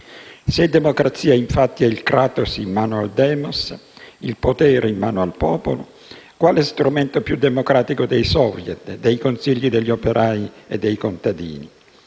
Se democrazia è infatti il *kratos* in mano al *demos*, il potere in mano al popolo, quale strumento più democratico dei *soviet*, dei consigli degli operai e dei contadini?